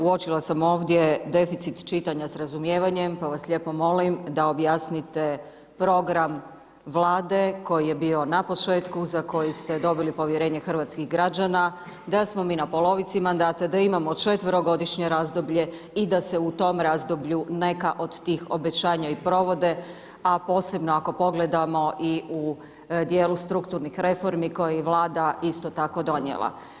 Uočila sam ovdje deficit čitanja sa razumijevanjem pa vas lijepo molim da objasnite program Vlade koji je bio na početku za koji ste dobili povjerenje hrvatskih građana, da smo mi na polovici mandata, da imamo četverogodišnje razdoblje i da se u tom razdoblju neka od tih obećanja i provode a posebno ako pogledamo i u dijelu strukturnih reformi koji je Vlada isto tako donijela.